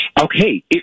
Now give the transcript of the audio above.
Okay